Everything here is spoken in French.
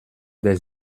des